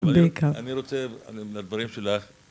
בעיקר. אני רוצה, מהדברים שלך...